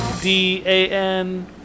D-A-N